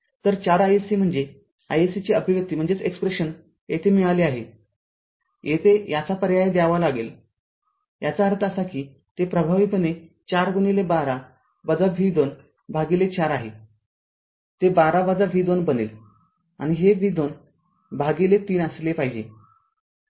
तर४ iSC म्हणजे iSC ची अभिव्यक्ती येथे मिळाली आहेयेथे याचा पर्याय द्यावा लागेलयाचा अर्थ असा की ते प्रभावीपणे ४ गुणिले १२ v२ भागिले ४ आहे ते १२ v२ बनेल आणि हे v २ भागिले ३ असले पाहिजे